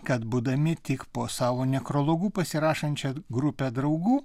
kad būdami tik po savo nekrologu pasirašančia grupe draugų